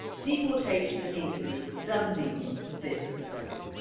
deportation immediately doesnit even fit the billi.